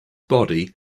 body